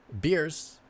beers